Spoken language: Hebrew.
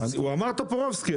כך אמר טופורובסקי.